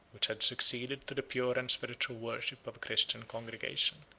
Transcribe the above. which had succeeded to the pure and spiritual worship of a christian congregation.